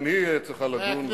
גם היא צריכה לדון,